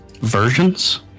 versions